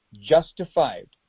justified